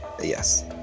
Yes